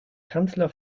kanzler